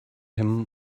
him